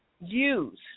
Use